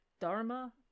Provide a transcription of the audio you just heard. Dharma